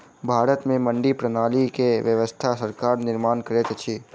भारत में मंडी प्रणाली के व्यवस्था सरकार निर्माण करैत अछि